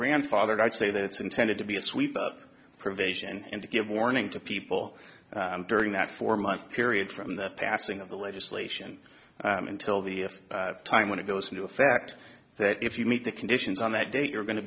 grandfathered i'd say that it's intended to be a sweep up provision and to give warning to people during that four month period from the passing of the legislation in till the time when it goes into effect that if you meet the conditions on that date you're going to